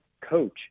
coach